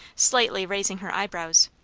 slightly raising her eyebrows.